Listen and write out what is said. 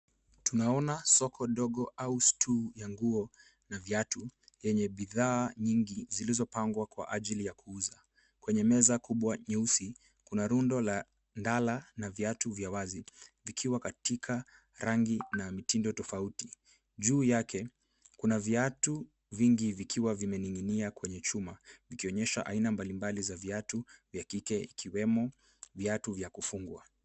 Tunaona soko dogo au stuli ya nguo na viatu yenye bidhaa nyingi zilizopangwa kwa ajili ya kuuza. Kwenye meza kubwa nyeusi kuna rundo la ndala na viatu vya wazi vikiwa katika rangi na mitindo tofauti. Juu yake kuna viatu vingi vikiwa vimening'inia kwenye chuma vikionyesha aina mbalimbali za viatu vya kike ikwemo viatu vya kufungwa.